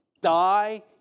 die